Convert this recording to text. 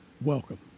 welcome